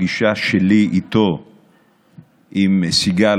בפגישה שלי איתו ועם סיגל,